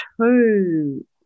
two